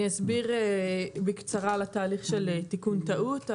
אני אסביר בקצרה על התהליך של תיקון טעות.